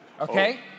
Okay